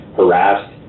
harassed